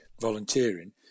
volunteering